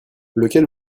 lequel